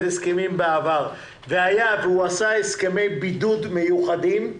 הסכמים בעבר והיה והוא עשה הסכמי בידוד מיוחדים,